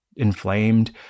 inflamed